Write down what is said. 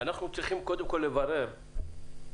אנחנו צריכים קודם כול לברר באמת